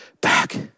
back